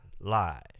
lie